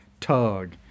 Tug